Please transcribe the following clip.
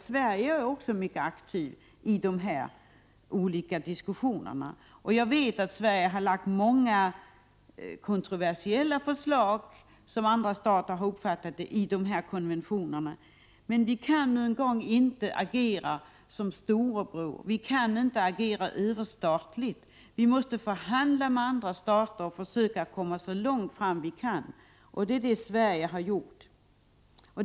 Sverige är också mycket aktivt i de olika diskussionerna, och jag vet att Sverige har lagt fram många förslag som andra stater har uppfattat som kontroversiella. Men Sverige kan inte agera som storebror och överstatligt. Sverige måste förhandla med andra stater och försöka att nå så långt som möjligt. Det har Sverige också gjort.